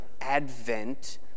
Advent